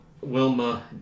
Wilma